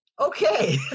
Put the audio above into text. Okay